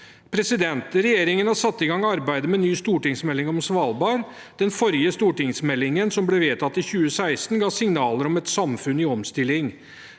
på Svalbard. Regjeringen har satt i gang arbeidet med ny stortingsmelding om Svalbard. Den forrige stortingsmeldingen, som ble vedtatt i 2016, ga signaler om et samfunn i omstilling.